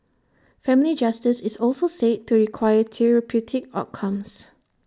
family justice is also said to require therapeutic outcomes